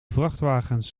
vrachtwagens